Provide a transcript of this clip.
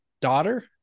daughter